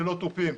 ללא תופים.